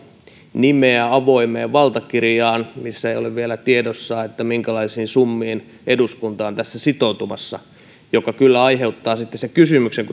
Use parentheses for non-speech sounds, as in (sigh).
nimeä avoimeen valtakirjaan missä ei ole vielä tiedossa minkälaisiin summiin eduskunta on tässä sitoutumassa se kyllä aiheuttaa sitten sen kysymyksen (unintelligible)